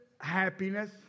happiness